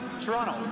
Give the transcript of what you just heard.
Toronto